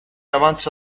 avanza